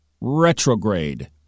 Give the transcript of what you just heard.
Retrograde